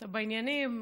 אתה בעניינים,